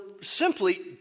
simply